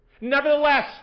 Nevertheless